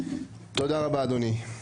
תודה רבה אדוני.